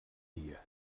dia